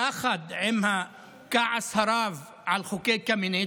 יחד עם הכעס הרב על חוקי קמיניץ,